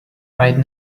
right